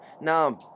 Now